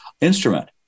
instrument